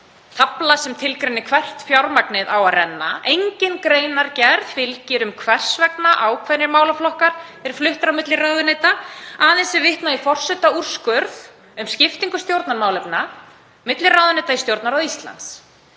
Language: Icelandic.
tafla sem tilgreinir hvert fjármagnið á að renna, en engin greinargerð fylgir um hvers vegna ákveðnir málaflokkar eru fluttir á milli ráðuneyta. Aðeins er vitnað í forsetaúrskurð um skiptingu stjórnarmálefna milli ráðuneyta í Stjórnarráði Íslands,